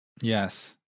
Yes